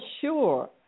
sure